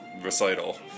recital